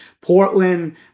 Portland